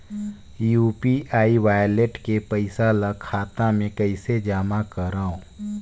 UPI wallet के पईसा ल खाता मे कइसे जमा करव?